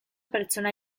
pertsona